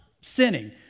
sinning